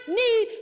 need